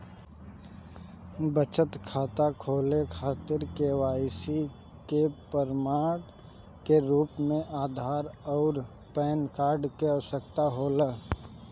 बचत खाता खोले खातिर के.वाइ.सी के प्रमाण के रूप में आधार आउर पैन कार्ड की आवश्यकता होला